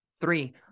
Three